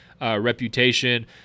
reputation